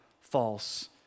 false